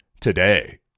today